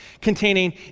containing